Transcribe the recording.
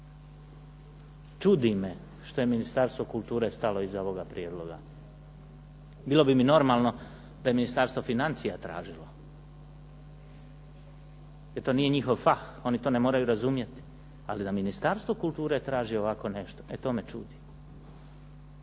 Čudi me što je Ministarstvo kulture stalo iza ovoga prijedloga. Bilo bi mi normalno da je Ministarstvo financija tražilo, jer to nije njihov fah, oni to ne moraju razumjeti, ali da Ministarstvo kulture traži ovako nešto, e to me čudi.